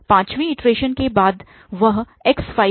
पांचवीं इटरेशन के बाद वह x5 है